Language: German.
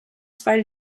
zwei